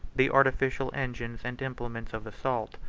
the artificial engines and implements of assault.